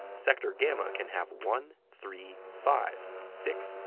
sector gamma can have one, three, five, six,